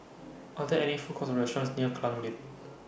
Are There any Food Courts Or restaurants near Klang Lane